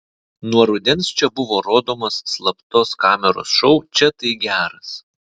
nuo rudens čia buvo rodomas slaptos kameros šou čia tai geras